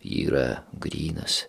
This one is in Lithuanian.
ji yra grynas